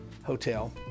hotel